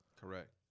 Correct